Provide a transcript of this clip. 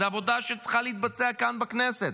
זאת עבודה שצריכה להתבצע כאן בכנסת.